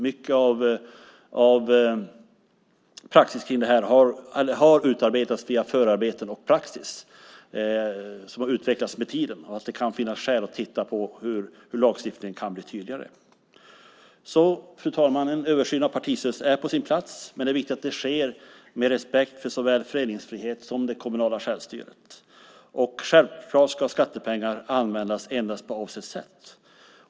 Mycket av praxis kring det här har utarbetats via förarbeten och praxis som har utvecklats med tiden. Det kan finnas skäl att titta på hur lagstiftningen kan bli tydligare. Fru talman! En översyn av partistödet är alltså på sin plats. Men det är viktigt att det sker med respekt för såväl föreningsfrihet som det kommunala självstyret. Och självklart ska skattepengar användas endast på avsett sätt.